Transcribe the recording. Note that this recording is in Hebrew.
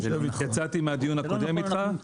יצאתי מהדיון הקודם איתך -- זה לא נכון,